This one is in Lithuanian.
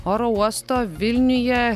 oro uosto vilniuje